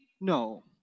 no